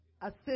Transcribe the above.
assist